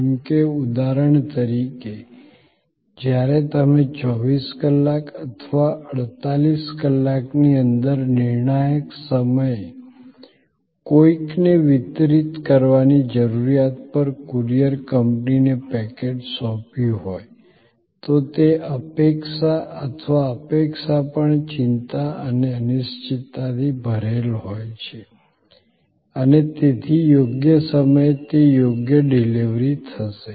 જેમ કે ઉદાહરણ તરીકે જ્યારે તમે 24 કલાક અથવા 48 કલાકની અંદર નિર્ણાયક સમયે કોઈકને વિતરિત કરવાની જરૂરિયાત પર કુરિયર કંપનીને પેકેટ સોંપ્યું હોય તો તે અપેક્ષા અથવા અપેક્ષા પણ ચિંતા અને અનિશ્ચિતતાથી ભરેલી હોય છે અને તેથી યોગ્ય સમયે તે યોગ્ય ડિલિવરી થશે